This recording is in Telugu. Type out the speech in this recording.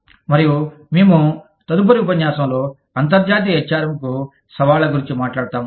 మరియు మేము తదుపరి ఉపన్యాసంలో అంతర్జాతీయ HRM కు సవాళ్ల గురించి మాట్లాడుతాము